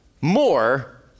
more